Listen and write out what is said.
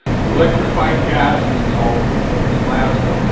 an electrified gas is called a plasma,